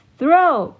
Throw